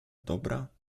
dobra